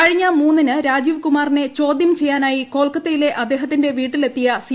കഴിഞ്ഞ മൂന്നിന് രാജീവ്കുമാറിനെ ചോദ്യം ചെയ്യാനായി കൊൽക്കത്തയിലെ ്രഅദ്ദേഹത്തിന്റെ വീട്ടിൽ എത്തിയ സി